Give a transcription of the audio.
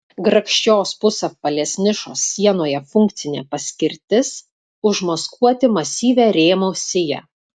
grakščios pusapvalės nišos sienoje funkcinė paskirtis užmaskuoti masyvią rėmų siją